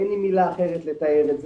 אין לי מילה אחרת לתאר את זה,